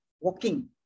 walking